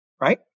right